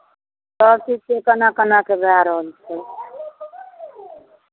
सभचीज केना केना कऽ भए रहल छै